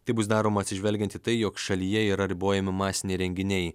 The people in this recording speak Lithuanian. tai bus daroma atsižvelgiant į tai jog šalyje yra ribojami masiniai renginiai